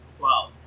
Wow